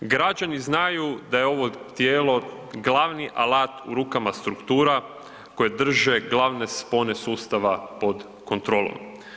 Građani znaju da je ovo tijelo glavni alat u rukama struktura koje drže glavne spone sustava pod kontrolom.